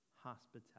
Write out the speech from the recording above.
hospitality